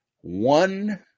one